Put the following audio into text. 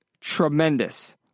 tremendous